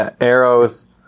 Arrows